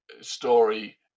story